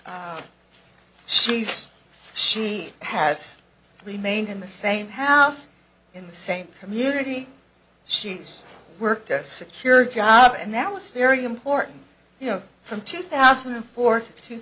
she's she has remained in the same house in the same community she's worked a secure job and that was very important you know from two thousand and four t